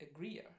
agreeer